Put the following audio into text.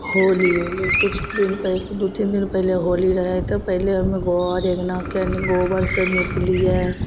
होली अएलै किछुदिन पहिले दुइ तीन दिन पहिले होली रहै तऽ पहिले हमे घर अँगनाके गोबरसे निपलिए